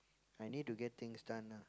I need to get things done ah